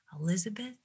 Elizabeth